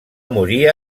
morir